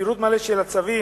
פירוט מלא של הצווים,